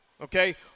okay